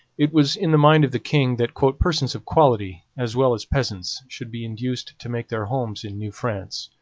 it was in the mind of the king that persons of quality as well as peasants should be induced to make their homes in new france.